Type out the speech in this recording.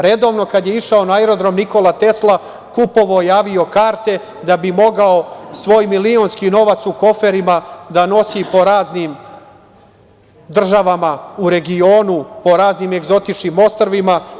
Redovno kad je išao na aerodrom „Nikola Tesla“, kupovao je avio karte da bi mogao svoj milionski novac u koferima da nosi po raznim državama u regionu, po raznim egzotičnim ostrvima.